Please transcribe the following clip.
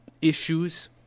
issues